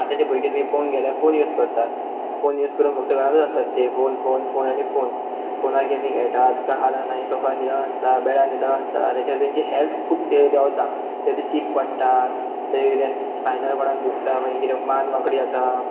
आतांचे भुरगे तुमी पोवन गेले फोन यूज करतात फोन यूज करून फक्त घरालांतूच आसतात ते फोन फोन फोन आनी फोन फोनार गेमी खेळटात काय हालना सोफार न्हिदना आसता बॅडार निदून आसता तेाच तेंची हेल्थ खूब देंवता ते तें सीक पडटा ते कितें स्पायनल कोडान दुखता मागीर कितें मान वांकडी जाता